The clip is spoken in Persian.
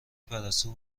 پرستو